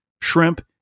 shrimp